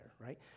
right